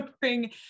bring